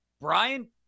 Brian